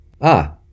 Ah